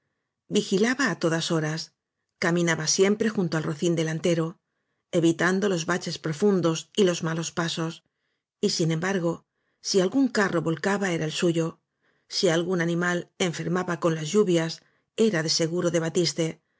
vigilaba á todas horas caminaba siem pre junto al rocín delantero evitando los ba ches profundos y los malos pasos y sin embar go si algún carro volcaba era el suyo si algún animal enfermaba con las lluvias era de seguro ele batiste